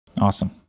Awesome